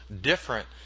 different